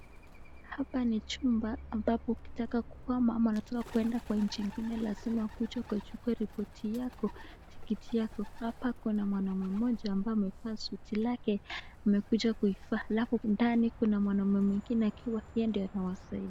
Hapa ni chumba ambapo ukitaka kuhama ama unataka kuenda kwa inchi ingine lazima ukuje uchukue ripoti yako, tikiti yako. Hapa kuna mwanaume mmoja ambaye amevaa suti lake amekuja kuivaa. Halafu ndani kuna mwanaume mwingine akiwa yeye ndiye anawasaidia.